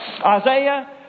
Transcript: Isaiah